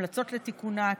המלצות לתיקונה,